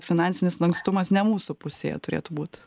finansinis lankstumas ne mūsų pusėje turėtų būt